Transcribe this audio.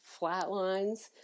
flatlines